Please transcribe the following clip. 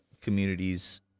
communities